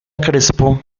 crespo